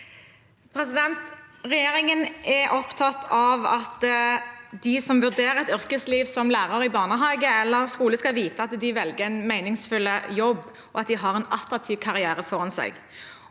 Regjerin- gen er opptatt av at de som vurderer et yrkesliv som lærere i barnehage eller skole, skal vite at de velger en meningsfull jobb, og at de har en attraktiv karriere foran seg.